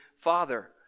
Father